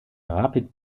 rapid